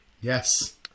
Yes